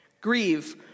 Grieve